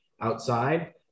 outside